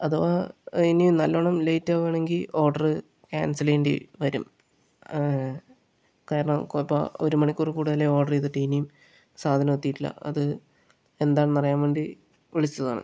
അഥവാ ഇനി നല്ലോണം ലെയ്റ്റാവുകയാണെങ്കിൽ ഓർഡർ ക്യാൻസൽ ചെയ്യേണ്ടി വരും കാരണം ഇപ്പോൾ ഒരു മണിക്കൂറിൽ കൂടുതലായി ഓർഡർ ചെയ്തിട്ട് ഇനിയും സാധനം എത്തിയിട്ടില്ല അത് എന്താണെന്ന് അറിയാൻ വേണ്ടി വിളിച്ചതാണ്